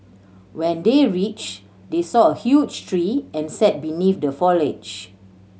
when they reached they saw a huge tree and sat beneath the foliage